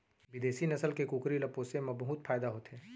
बिदेसी नसल के कुकरी ल पोसे म बहुत फायदा होथे